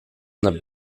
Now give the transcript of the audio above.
the